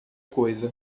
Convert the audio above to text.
coisa